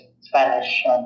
Spanish